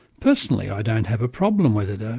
personally, i don't have a problem with it. ah